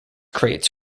creates